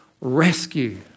rescue